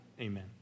amen